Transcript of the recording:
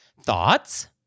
Thoughts